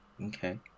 Okay